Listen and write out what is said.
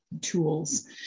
tools